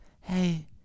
Hey